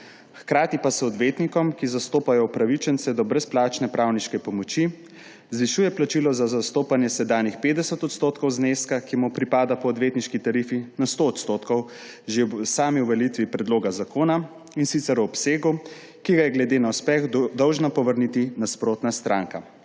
Hkrati pa se odvetnikom, ki zastopajo upravičence do brezplačne pravniške pomoči, zvišuje plačilo za zastopanje s sedanjih 50 % zneska, ki mu pripada po odvetniški tarifi, na 100 % že ob sami uveljavitvi predloga zakona, in sicer v obsegu, ki ga je glede na uspeh dolžna povrniti nasprotna stranka.